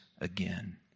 again